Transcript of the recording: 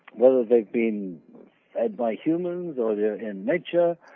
whether they've been fed by humans or they are in nature,